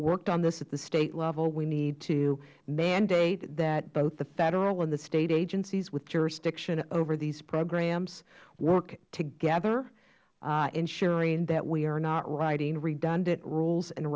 worked on this at the state level we need to mandate that both the federal and the state agencies with jurisdiction over these programs work together ensuring that we are not writing redundant rules and